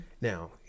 Now